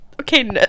Okay